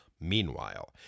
Meanwhile